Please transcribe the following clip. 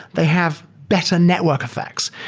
they have better network effects.